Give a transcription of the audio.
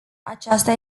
aceasta